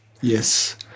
Yes